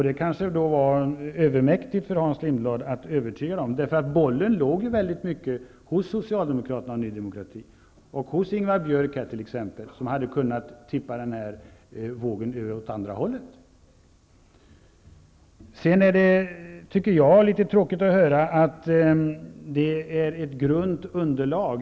Det kanske var övermäktigt för Hans Lindblad att övertyga dem. Bollen låg ju väldigt mycket hos Socialdemokraterna och Ny demokrati, och t.ex. hos Ingvar Björk som hade kunnat få vågen att tippa över åt andra hållet. Det är litet tråkigt att höra att det är ett grunt underlag.